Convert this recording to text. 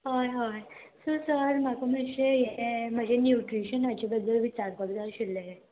हय हय so sir म्हाका मातशें हें म्हजें न्युट्रिशनाचे बद्दल विचारपाक जाय आशिल्लें